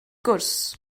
gwrs